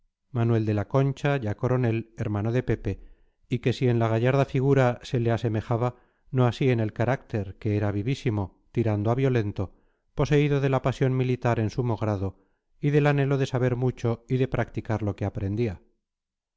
manuel de la concha ya coronel hermano de pepe y que si en la gallarda figura se le asemejaba no así en el carácter que era vivísimo tirando a violento poseído de la pasión militar en sumo grado y del anhelo de saber mucho y de practicar lo que aprendía